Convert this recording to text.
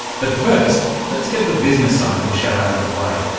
but first let's get the business side of the show out of the way.